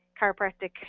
Chiropractic